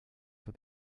for